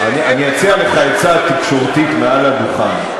אציע לך עצה תקשורתית מעל הדוכן,